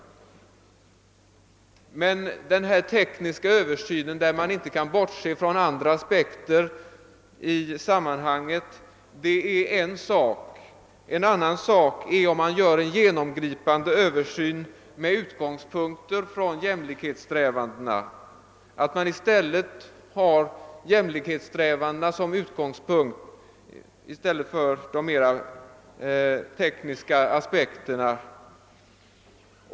Denna tekniska översyn, vid vilken man inte kan bortse från andra aspekter i sammanhanget, är emellertid en sak. En annan sak är att göra en genomgripande översyn med jämlikhetssträvandena som utgångspunkt i stället för de mera tekniska aspekterna.